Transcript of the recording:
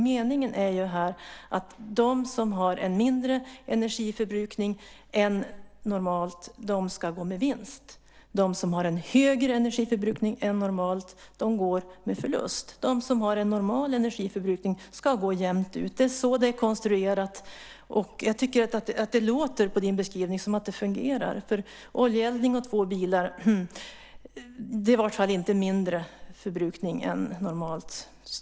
Meningen är ju att de som har en mindre energiförbrukning än normalt ska gå med vinst. De som har en högre energiförbrukning än normalt ska gå med förlust. De som har en normal energiförbrukning ska gå jämnt ut. Det är så det är konstruerat. Det låter på din beskrivning som att det fungerar. Oljeeldning och två bilar innebär i alla fall inte mindre förbrukning än normalt.